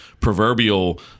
proverbial